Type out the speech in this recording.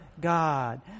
God